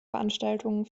veranstaltungen